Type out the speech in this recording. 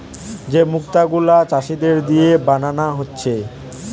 যে মুক্ত গুলা চাষীদের দিয়ে বানানা হচ্ছে